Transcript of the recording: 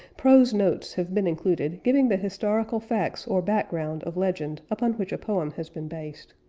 prose notes have been included giving the historical facts or background of legend upon which a poem has been based.